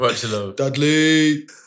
Dudley